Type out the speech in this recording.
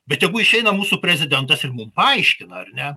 bet tegu išeina mūsų prezidentas ir mum paaiškina ar ne